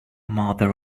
mother